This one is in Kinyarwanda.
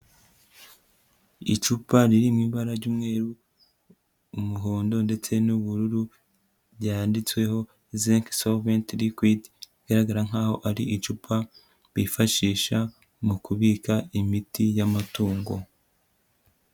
Icupa ririmo ibara ry'umweru, umuhondo ndetse n'ubururu byanditsweho zinc solvet liquid, igaragara nkaho ari icupa bifashisha mu kubika imiti y'amatungo.